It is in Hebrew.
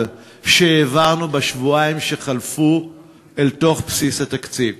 שהעברנו בשבועיים שחלפו אל תוך בסיס התקציב?